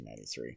1993